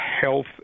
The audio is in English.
health